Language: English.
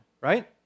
right